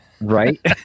Right